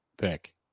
pick